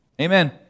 Amen